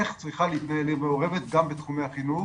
איך צריכה להתנהל עיר מעורבת גם בתחומי החינוך.